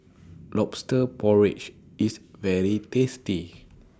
Lobster Porridge IS very tasty